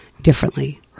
differently